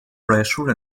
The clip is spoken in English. pressure